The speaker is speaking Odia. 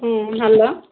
ହୁଁ ହେଲୋ